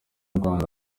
rwanda